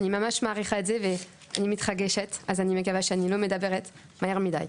אני לא אומרת ההיפך, ממש